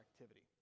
activity